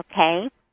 okay